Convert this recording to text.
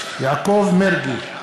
יעקב מרגי,